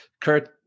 Kurt